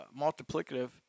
multiplicative